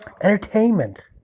Entertainment